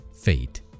fate